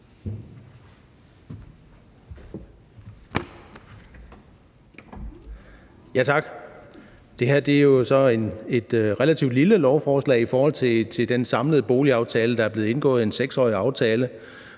Tak. Det her er jo så et relativt lille lovforslag i forhold til den samlede boligaftale, der er blevet indgået – en 6-årig aftale